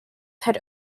had